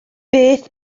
beth